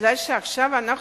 בגלל שאנחנו